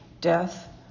death